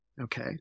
Okay